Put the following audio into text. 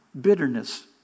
bitterness